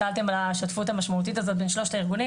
שאלתם על השותפות המשמעותית הזאת בין שלושת הארגונים